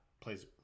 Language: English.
plays